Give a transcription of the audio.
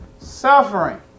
suffering